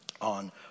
on